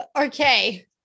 okay